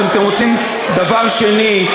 דבר שני,